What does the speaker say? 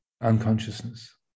Unconsciousness